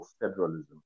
federalism